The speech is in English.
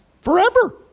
Forever